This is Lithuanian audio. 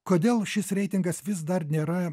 kodėl šis reitingas vis dar nėra